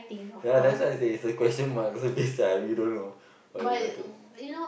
ya that's why I say it's a question mark it's a you don't know what can happen